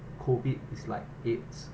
COVID is like aids